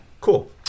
Cool